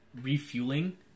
refueling